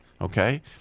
okay